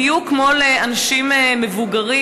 בדיוק כמו לאנשים מבוגרים,